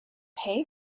pay